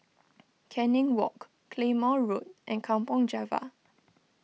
Canning Walk Claymore Road and Kampong Java